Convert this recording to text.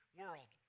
world